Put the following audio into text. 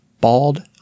bald